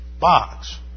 box